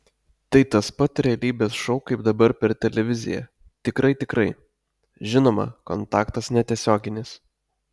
tai tas pat realybės šou kaip dabar per televiziją tikrai tikrai žinoma kontaktas netiesioginis